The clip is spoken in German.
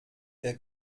der